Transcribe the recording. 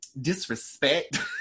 disrespect